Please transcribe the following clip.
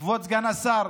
כבוד סגן השר,